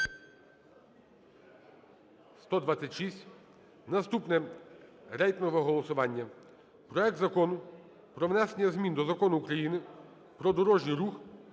За-126 Наступне рейтингове голосування. Проект Закону про внесення змін до Закону України "Про дорожній рух"